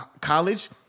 college